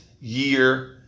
year